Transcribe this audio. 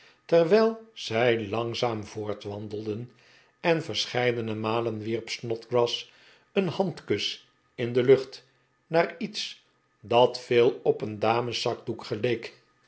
terwijl zij langzaam voortwandelden en verscheidene malen wierp snodgrass een handkus in de lucht naar iets dat veel op een dameszakdoek geleek